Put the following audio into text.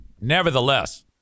nevertheless